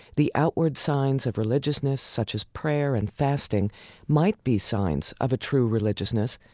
the outward signs of religiousness such as prayer and fasting might be signs of a true religiousness.